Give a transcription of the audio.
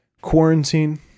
quarantine